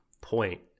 point